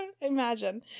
imagine